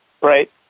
Right